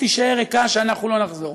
שהשגרירות תישאר ריקה, שאנחנו לא נחזור.